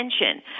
attention